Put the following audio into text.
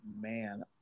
Man